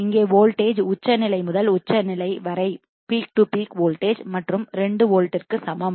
இங்கே வோல்டேஜ் உச்சநிலை முதல் உச்சநிலை வரை பீக் to பீக் வோல்டேஜ் மற்றும் 2 வோல்ட்ற்கு சமம்